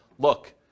look